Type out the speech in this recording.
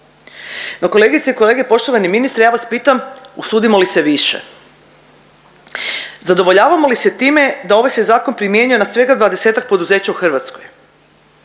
No kolegice i kolege, poštovani ministre, ja vas pitam usudimo li se više? Zadovoljavamo li se time da ovaj se zakon primjenjuje na svega 20-tak poduzeća u Hrvatskoj?